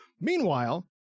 Meanwhile